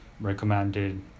recommended